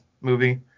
movie